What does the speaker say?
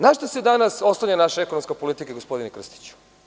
Na šta se danas oslanja naša ekonomska politika, gospodine Krstiću?